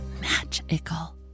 magical